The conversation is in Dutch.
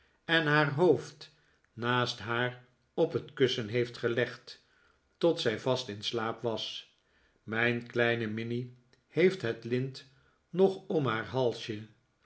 en haar hoofd naast haar op het kussen heeft gelegd tot zij vast in slaap was mijn kleine minnie heeft het lint nog om haar halsje